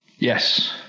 Yes